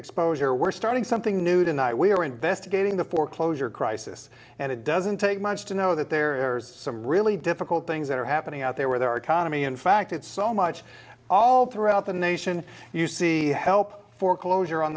exposure we're starting something new tonight we are investigating the foreclosure crisis and it doesn't take much to know that there are some really difficult things that are happening out there where there are economy in fact it's so much all throughout the nation you see help foreclosure on